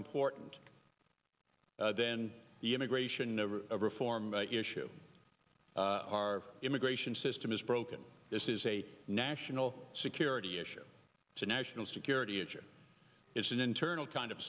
important than the immigration reform issue our immigration system is broken this is a national security issue it's a national security issue it's an internal kind of